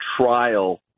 trial